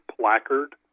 placard